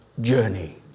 journey